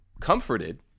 comforted